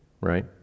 right